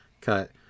cut